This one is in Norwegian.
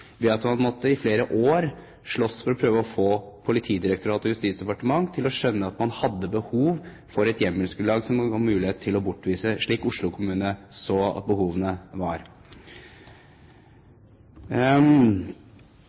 I flere år måtte man slåss for å prøve å få Politidirektoratet og Justisdepartementet til å skjønne at man hadde behov for et hjemmelsgrunnlag som ga mulighet til å bortvise, slik Oslo kommune så behovet for. Mye av dette er EU- og EØS-relatert. Jeg håper at